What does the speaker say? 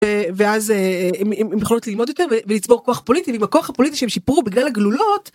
אה... ואז אה... הן יכולות ללמוד יותר, ולצבור כוח פוליטי. ועם הכוח הפוליטי שהם שיפרו בגלל הגלולות...